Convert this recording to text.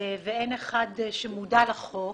ואין אחד שמודע לחוק